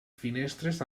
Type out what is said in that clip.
finestres